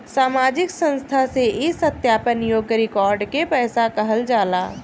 सामाजिक संस्था से ई सत्यापन योग्य रिकॉर्ड के पैसा कहल जाला